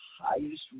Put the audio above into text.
highest